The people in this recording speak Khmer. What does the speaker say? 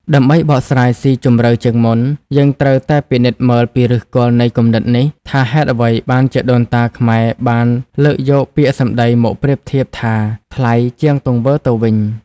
ដើម្បីបកស្រាយស៊ីជម្រៅជាងមុន យើងត្រូវតែពិនិត្យមើលពីឫសគល់នៃគំនិតនេះ ថាហេតុអ្វីបានជាដូនតាខ្មែរបានលើកយកពាក្យសម្ដីមកប្រៀបធៀបថា "ថ្លៃ" ជាងទង្វើទៅវិញ។